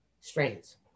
strains